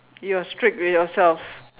you are strict with yourself